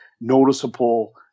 noticeable